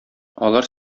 алар